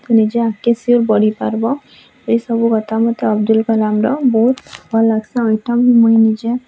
ନିଜେ ଆଗ୍କେ ସିଓର୍ ବଢ଼ିପାର୍ବ ଇସବୁ କଥା ମତେ ଅବ୍ଦୁଲ୍ କାଲାମ୍ର ବହୁତ୍ ଭଲ୍ ଲାଗ୍ସି ଆଉ ଇଟା ବି ମୁଇଁ ନିଜେ